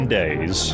days